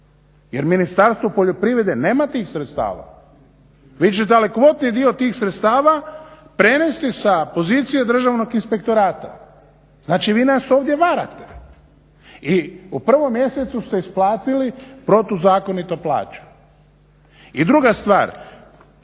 Jer Ministarstvo poljoprivrede nema tih sredstava. …/Govornik se ne razumije./… dio tih sredstava prenesti sa pozicije Državnog inspektorata. Znači vi nas ovdje varate. I u prvom mjesecu ste isplatili protuzakonito plaće. I druga stvar,